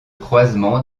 croisement